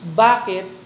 bakit